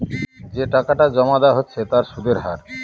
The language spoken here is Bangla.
যে টাকাটা জমা দেওয়া হচ্ছে তার সুদের হার